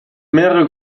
mehrere